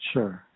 Sure